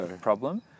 problem